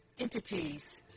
entities